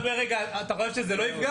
אתה חושב שזה לא יפגע?